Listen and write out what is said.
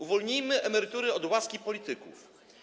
Uwolnijmy emerytury od łaski polityków.